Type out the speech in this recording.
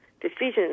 decisions